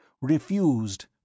refused